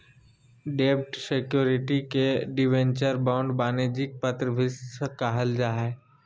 डेब्ट सिक्योरिटी के debenture, bond, वाणिज्यिक पत्र भी कहल जा हय